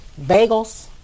bagels